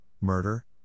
murder